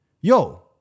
yo